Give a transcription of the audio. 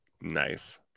Nice